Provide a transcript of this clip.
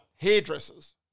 hairdressers